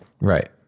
Right